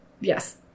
yes